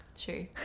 True